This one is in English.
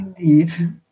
Indeed